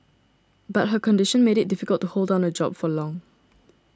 but her condition made it difficult to hold down a job for long